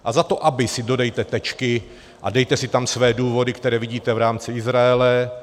A za to aby si dodejte tečky a dejte si tam své důvody, které vidíte v rámci Izraele.